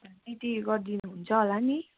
अनि त्यति गरिदिनुहुन्छ होला नि